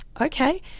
okay